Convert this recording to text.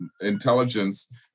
Intelligence